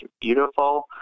beautiful